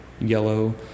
yellow